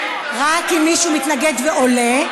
רק אם מישהו מתנגד ועולה,